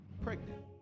pregnant